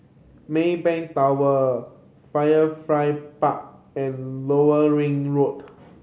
Maybank Tower Firefly Park and Lower Ring Road